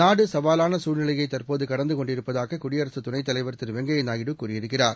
நாடுசவாவானசூழ்நிலையைதற்போதுகடந்தகொண்டிருப்பதாககுடியரசுதுணைத்தலைவர் திருவெங்கையாநாயுடு கூறியிருக்கிறார்